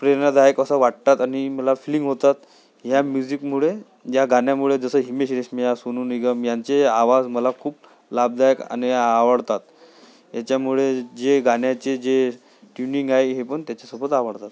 प्रेरणादायक असं वाटतात आणि मला फ्लिंग होतात ह्या म्युझिकमुळे ज्या गाण्यामुळे जसं हिमेश रेशमिया सोनू निगम यांचे आवाज मला खूप लाभदायक आणि आवडतात याच्यामुळे जे गाण्याचे जे ट्यूनिंग आहे हे पण त्याच्यासोबत आवडतात